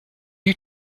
you